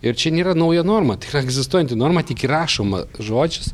ir čia nėra nauja norma tikra egzistuojanti norma tik įrašoma žodžius